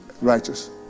righteous